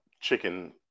chicken